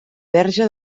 verge